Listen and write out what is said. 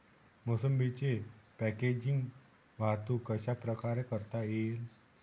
मोसंबीची पॅकेजिंग वाहतूक कशाप्रकारे करता येईल?